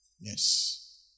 Yes